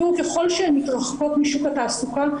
ככל שהן מתרחקות משוק התעסוקה,